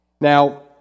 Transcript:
Now